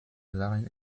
waren